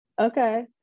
Okay